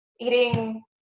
eating